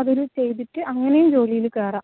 അതൊരു ചെയ്തിട്ട് അങ്ങനെയും ജോലിയില് കയറാം